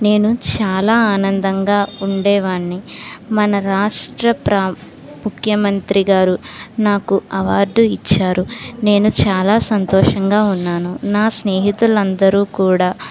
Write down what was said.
నేను చాలా ఆనందంగా ఉండేవాణ్ణి మన రాష్ట్ర ప్ర ముఖ్యమంత్రి గారు నాకు అవార్డు ఇచ్చారు నేను చాలా సంతోషంగా ఉన్నాను నా స్నేహితులందరూ కూడా